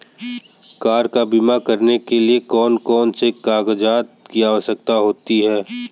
Car का बीमा करने के लिए कौन कौन से कागजात की आवश्यकता होती है?